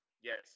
Yes